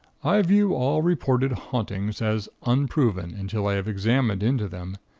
i view all reported hauntings as unproven until i have examined into them,